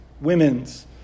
Women's